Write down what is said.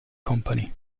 company